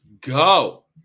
go